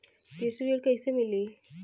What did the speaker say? कृषि ऋण कैसे मिली?